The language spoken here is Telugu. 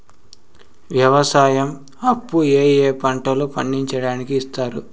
వ్యవసాయం అప్పు ఏ ఏ పంటలు పండించడానికి ఇస్తారు?